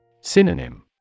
Synonym